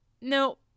no